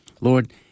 Lord